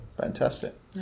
Fantastic